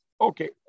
Okay